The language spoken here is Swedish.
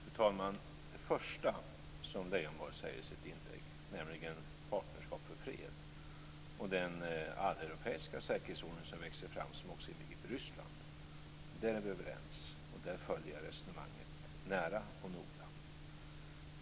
Fru talman! Om det första som Leijonborg pekar på i sitt inlägg, nämligen Partnerskap för fred, och om den framväxande alleuropeiska säkerhetsordning som också inbegriper Ryssland, är vi överens. Därvidlag följer jag resonemanget nära och noga.